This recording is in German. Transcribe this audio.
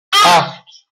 acht